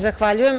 Zahvaljujem.